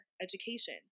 education